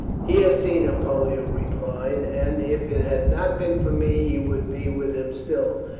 he has seen him, pollio replied and if it had not been for me he would be with him still,